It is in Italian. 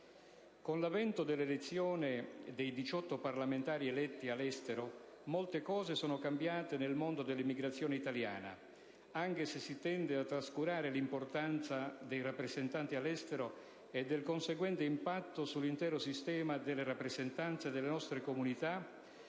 Con l'avvento dell'elezione dei 18 parlamentari eletti all'estero, molte cose sono cambiate nel mondo dell'emigrazione italiana, anche se si tende a trascurare l'importanza dei rappresentanti all'estero e del conseguente impatto sull'intero sistema delle rappresentanze delle nostre comunità,